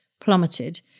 plummeted